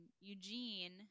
Eugene